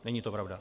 Není to pravda.